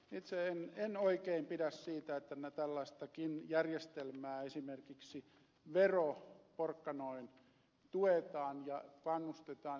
itse en oikein pidä siitä että tällaistakin järjestelmää esimerkiksi veroporkkanoin tuetaan ja kannustetaan ja edistetään